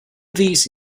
these